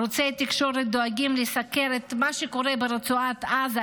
ערוצי התקשורת דואגים לסקר את מה שקורה ברצועת עזה,